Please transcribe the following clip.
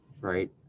right